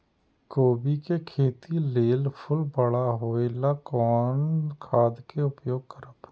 कोबी के खेती लेल फुल बड़ा होय ल कोन खाद के उपयोग करब?